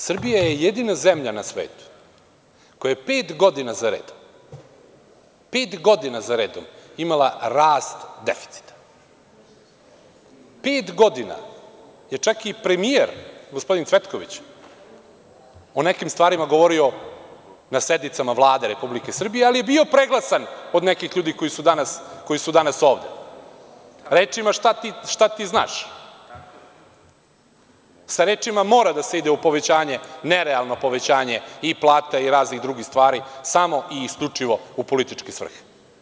Srbija je jedina zemlja na svetu, koja je pet godina za redom imala rast deficita, pet godina je čak i premijer, gospodin Cvetković, o nekim stvarima govorio na sednicama Vlade Republike Srbije, ali je bio preglasan od nekih ljudi koji su danas ovde, rečima – šta ti znaš, sa rečima – mora da se ide u nerealno povećanje i plata i raznih drugih stvari, samo i isključivo u političke svrhe.